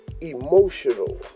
emotional